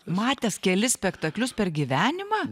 matęs kelis spektaklius per gyvenimą